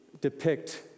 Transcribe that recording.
depict